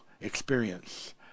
experience